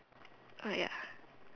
uh ya